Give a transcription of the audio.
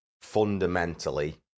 fundamentally